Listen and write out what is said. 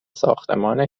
ساختمان